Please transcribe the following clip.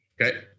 okay